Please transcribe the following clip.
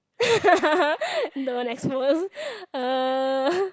don't expose uh